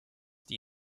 die